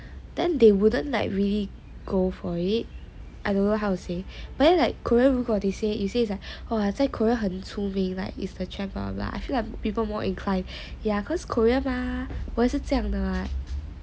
then they wouldn't like really go for it I don't know how to say but then like korean 如果 they say they says ah !wah! 在 Korea 很出名 like is the travel lah I feel like people more incline ya cause Korea mah 是这样的 mah